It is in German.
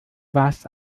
warst